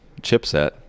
chipset